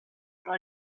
what